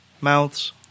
mouths